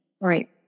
Right